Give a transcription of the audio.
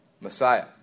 Messiah